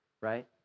right